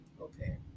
okay